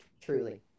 Truly